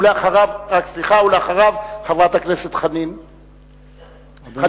ולאחריו, חברת הכנסת חנין זועבי.